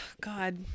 God